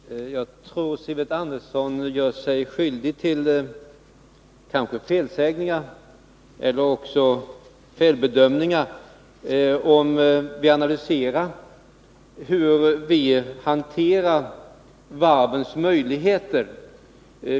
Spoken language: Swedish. Herr talman! Jag tror att Sivert Andersson gör sig skyldig till felsägningar eller också till felbedömningar. Låt oss analysera hur centern hanterar varvens möjligheter.